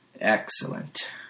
Excellent